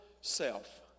self